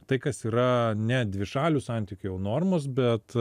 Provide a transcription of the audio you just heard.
tai kas yra ne dvišalių santykių jau normos bet